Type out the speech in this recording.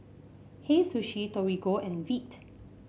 Hei Sushi Torigo and Veet